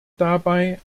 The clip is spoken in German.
dabei